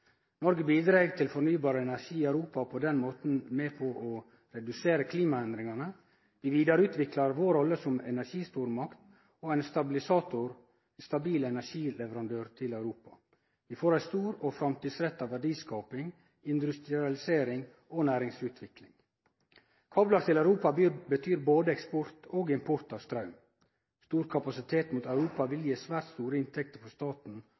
fornybar energi til Europa og er på den måten med på å redusere klimaendringane. Vi vidareutviklar vår rolle som energistormakt og er ein stabil energileverandør til Europa. Vi får ei stor og framtidsretta verdiskaping, industrialisering og næringsutvikling. Kablar til Europa betyr både eksport og import av straum. Stor kapasitet mot Europa vil gje svært store inntekter for staten